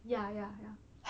ya ya ya